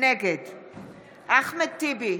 נגד אחמד טיבי,